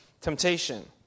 temptation